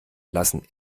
lassen